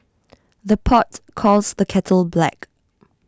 the pot calls the kettle black